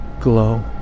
glow